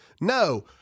No